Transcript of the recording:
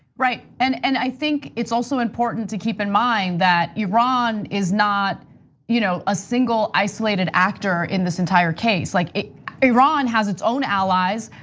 right, and and i think it's also important to keep in mind that iran is not you know a single isolated actor in this entire case. like iran has its own allies.